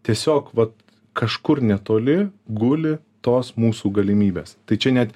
tiesiog vat kažkur netoli guli tos mūsų galimybės tai čia net